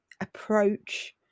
approach